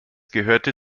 gehörte